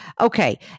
Okay